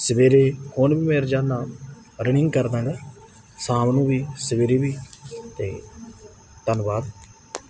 ਸਵੇਰੇ ਹੁਣ ਵੀ ਮੈਂ ਰੋਜ਼ਾਨਾ ਰਨਿੰਗ ਕਰਦਾ ਹੈਗਾ ਸ਼ਾਮ ਨੂੰ ਵੀ ਸਵੇਰੇ ਵੀ ਅਤੇ ਧੰਨਵਾਦ